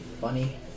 funny